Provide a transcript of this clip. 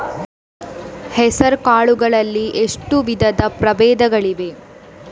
ಹೆಸರುಕಾಳು ಗಳಲ್ಲಿ ಎಷ್ಟು ವಿಧದ ಪ್ರಬೇಧಗಳಿವೆ?